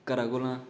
घरै कोला